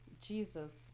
Jesus